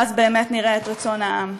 ואז באמת נראה את רצון העם.